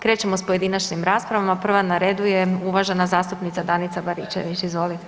Krećemo s pojedinačnim raspravama, prva na redu je uvažena zastupnica Danica Baričević, izvolite.